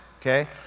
okay